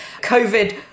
COVID